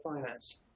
finance